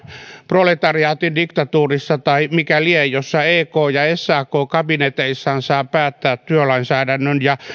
proletariaatin diktatuurissa tai missä lie jossa ek ja sak kabineteissaan saavat päättää työlainsäädännön ja